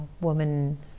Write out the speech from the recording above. woman